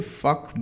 fuck